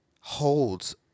Holds